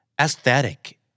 Aesthetic